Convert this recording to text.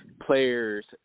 players